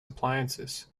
appliances